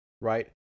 right